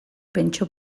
pentsio